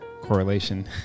correlation